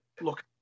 look